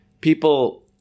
people